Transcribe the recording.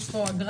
יש פה אגרה,